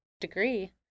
degree